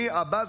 נשק.